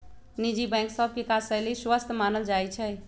निजी बैंक सभ के काजशैली स्वस्थ मानल जाइ छइ